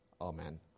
amen